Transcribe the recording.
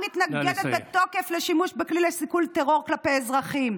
"אני מתנגדת בתוקף לשימוש בכלי לסיכול טרור כלפי אזרחים".